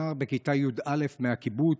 נער בכיתה י"א מהקיבוץ,